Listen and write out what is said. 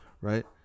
right